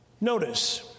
notice